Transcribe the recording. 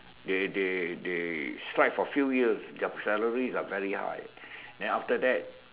they they they strike for few years their salaries are very high then after that